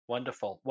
Wonderful